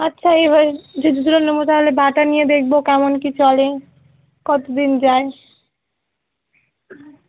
আচ্ছা এই হয়ে যে জুতোটা নেবো তাহলে বাটা নিয়ে দেখবো কেমন কী চলে কতো দিন যায়